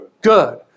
good